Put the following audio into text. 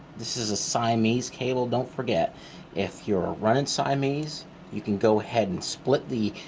this is a siamese cable. don't forget if you're running siamese you can go ahead and split the